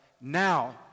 now